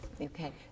Okay